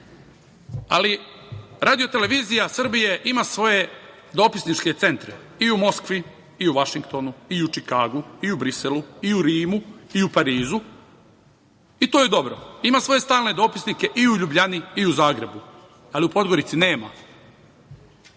to vaš posao, ali RTS ima svoje dopisničke centre i u Moskvi i u Vašingtonu i u Čikagu i u Briselu i u Rimu i u Parizu i to je dobro. Ima svoje stalne dopisnike i u Ljubljani i u Zagrebu, ali u Podgorici nema.